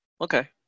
okay